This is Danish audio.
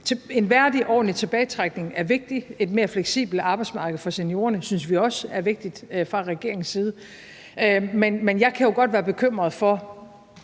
En værdig, ordentlig tilbagetrækning er vigtig. Et mere fleksibelt arbejdsmarked for seniorerne synes vi også fra regeringens side er vigtigt. Men jeg kan jo godt være bekymret for,